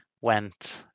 went